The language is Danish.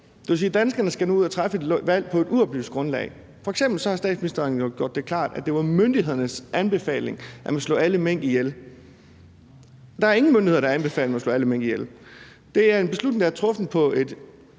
danskerne nu skal træffe et valg på et uoplyst grundlag. F.eks. har statsministeren jo gjort det klart, at det var myndighedernes anbefaling, at man slog alle mink ihjel, men der er ingen myndigheder, der har anbefalet, at man slog alle mink ihjel. Det er en beslutning, der er truffet på et